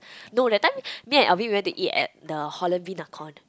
no that time me and Alvin we went to eat at the Holland-V Nakhon